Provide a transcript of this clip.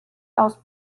aus